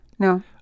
No